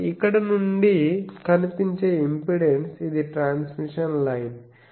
కాబట్టి ఇక్కడ నుండి కనిపించే ఇంపెడెన్స్ ఇది ట్రాన్స్మిషన్ లైన్